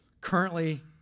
currently